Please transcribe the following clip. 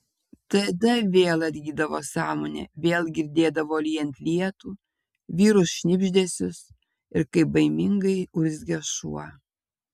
tada vėl atgydavo sąmonė vėl girdėdavo lyjant lietų vyrų šnibždesius ir kaip baimingai urzgia šuo